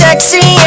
Sexy